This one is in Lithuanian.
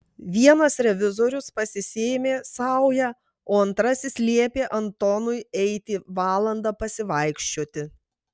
vienas revizorius pasisėmė saują o antrasis liepė antonui eiti valandą pasivaikščioti